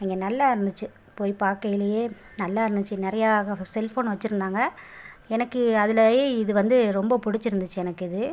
அங்கே நல்லாயிருந்துச்சு போய் பார்க்கையிலியே நல்லாயிருந்துச்சு நெறைய செல் ஃபோன் வச்சுருந்தாங்க எனக்கு அதிலையே இது வந்து ரொம்ப பிடுச்சிருந்துச்சு எனக்கு இது